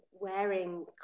wearing